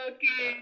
Okay